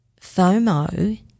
FOMO